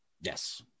Yes